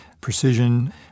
precision